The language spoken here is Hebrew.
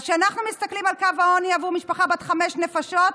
אז כשאנחנו מסתכלים על קו העוני עבור משפחה בת חמש נפשות,